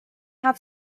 how